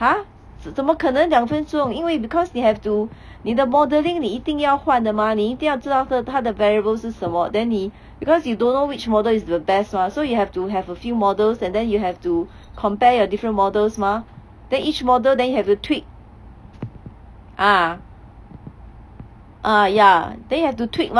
!huh! 怎么可能两分钟因为 because they have to 你的 modelling 你一定要画的吗你一定要知道的它的 variable 是什么 then 你 because you don't know which model is the best mah so you have to have a few models and then you have to compare your different models mah then each model then you have to tweak uh uh ya then you have to tweak mah